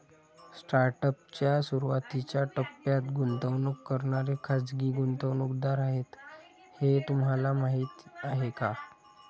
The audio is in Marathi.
स्टार्टअप च्या सुरुवातीच्या टप्प्यात गुंतवणूक करणारे खाजगी गुंतवणूकदार आहेत हे तुम्हाला माहीत आहे का?